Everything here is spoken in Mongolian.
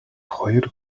хоёр